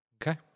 Okay